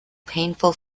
painful